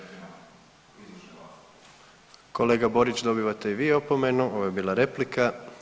Kolega Borić, dobivate i vi opomenu, ovo je bila replika.